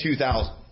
2000